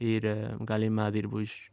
ir galima dirbu iš